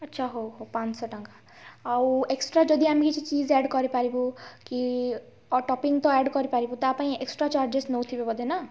ଆଚ୍ଛା ହଉ ହଉ ପାଞ୍ଚ ଶହ ଟଙ୍କା ଆଉ ଏକ୍ସଟ୍ରା ଯଦି ଆମେ କିଛି ଚିଜ୍ ଆଡ଼୍ କରିପାରିବୁ କି ଓ ଟପିଂ ତ ଆଡ଼୍ କରିପାରିବୁ ତା ପାଇଁ ଏକ୍ସଟ୍ରା ଚାର୍ଜେସ୍ ନେଉଥିବେ ବୋଧେ ନା